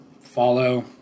Follow